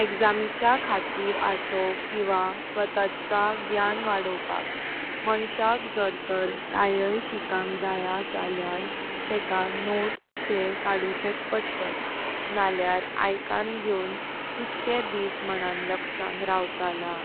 एक्झामीच्या खातीर असोव किवा स्वताचें ज्ञान वाडवपाक मांनीक जर तीर कायांक शिकावत जयें जाल्यार तेकां नोट्स ते काडुचेत पडतात नाल्यार आइकां घ्येवोन कित्के दिस मानान लक्ष्यान रवतला।